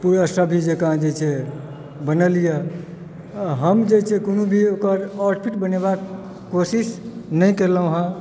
पूरा सभ्य जेकाँ जे छै बनल यऽ आ हम जे छै कोनो भी ओकर आउटपुट बनेबाक कोशिश नहि केलहुँ हँ